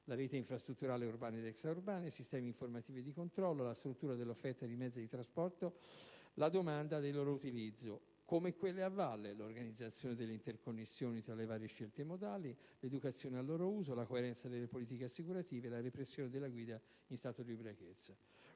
rete infrastrutturale urbana ed extraurbana, ai sistemi informativi e di controllo, dalla struttura dell'offerta di mezzi di trasporto alla domanda del loro utilizzo), come a valle (dall'organizzazione delle interconnessioni tra le varie scelte modali, all'educazione al loro uso, alla coerenza delle politiche assicurative, alla repressione della guida in stato di ubriachezza).